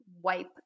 wipe